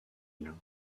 île